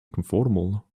comfortable